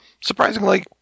Surprisingly